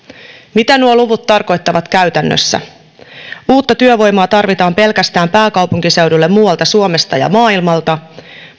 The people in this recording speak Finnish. mitä nuo luvut tarkoittavat käytännössä uutta työvoimaa tarvitaan pelkästään pääkaupunkiseudulle muualta suomesta ja maailmalta